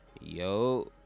Yo